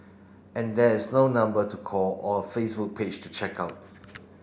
and there is no number to call or a Facebook page to check out